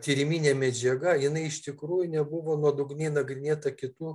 tyriminė medžiaga jinai iš tikrųjų nebuvo nuodugniai nagrinėta kitų